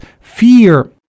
fear